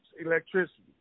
electricity